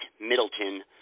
Middleton